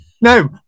No